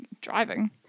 driving